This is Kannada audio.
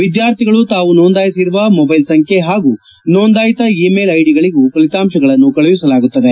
ವಿದ್ಯಾರ್ಥಿಗಳು ತಾವು ನೊಂದಾಯಿಸಿರುವ ಮೊಬೈಲ್ ಸಂಖ್ಯೆ ಹಾಗೂ ನೊಂದಾಯಿತ ಇ ಮೇಲ್ ಐಡಿಗಳಗೂ ಫಲಿತಾಂಶಗಳನ್ನು ಕಳುಹಿಸಲಾಗುತ್ತದೆ